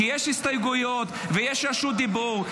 כי יש הסתייגויות ויש רשות דיבור.